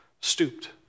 stooped